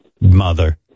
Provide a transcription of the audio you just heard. Mother